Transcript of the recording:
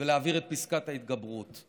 ולהעביר את פסקת ההתגברות.